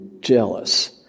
jealous